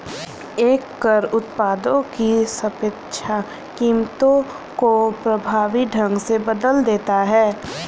एक कर उत्पादों की सापेक्ष कीमतों को प्रभावी ढंग से बदल देता है